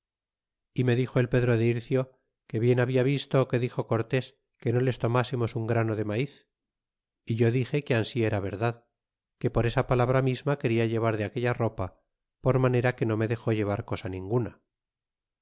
y me dixo el pedro de ircio que bien habla visto que dixo cortés que no les tomásemos un grano de maiz é yo dixe que ansi era verdad que por esa palabra misma quena llevar de aquella ropa por manera que no me dexó llevar cosa ninguna